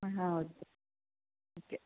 ആ okay okay